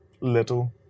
little